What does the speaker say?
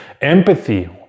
Empathy